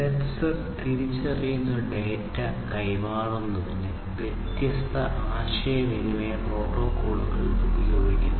sensor തിരിച്ചറിയുന്ന data കൈമാറുന്നതിന് വ്യത്യസ്ത ആശയവിനിമയ പ്രോട്ടോക്കോളുകൾ ഉപയോഗിക്കുന്നു